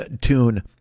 tune